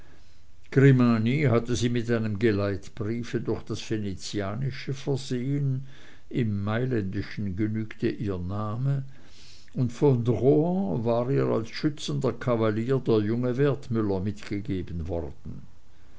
grimani hatte sie mit einem geleitbriefe durch das venezianische versehen im mailändischen genügte ihr name und von rohan war ihr als schützender kavalier der junge wertmüller mitgegeben worden